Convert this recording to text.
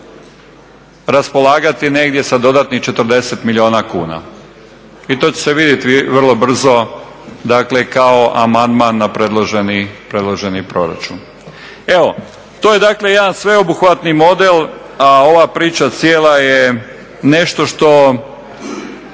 raspolagati negdje sa dodatnih 40 milijuna kuna. I to će se vidjeti vrlo brzo kao amandman na predloženi proračun. Evo, to je dakle jedan sveobuhvatni model, a ova priča cijela je nešto što